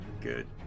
good